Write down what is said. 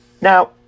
Now